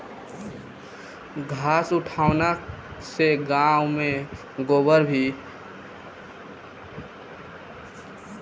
घास उठौना से गाँव में गोबर भी खींच देवल जाला